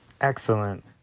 excellent